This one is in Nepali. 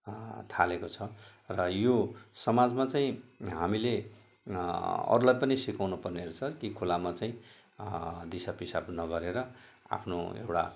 थालेको छ र यो समाजमा चाहिँ हामीले अरूलाई पनि सिकाउनु पर्ने रहेछ कि खुलामा चाहिँ दिसा पिसाब नगरेर आफ्नो एउटा